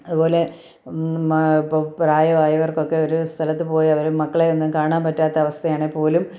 അതുപോലെ മ ഇപ്പം പ്രായമായവർക്കൊക്കെ ഒരു സ്ഥലത്ത് പോയാൽ അവർ മക്കളെ ഒന്ന് കാണാൻ പറ്റാത്ത അവസ്ഥയാണെങ്കിൽ പോലും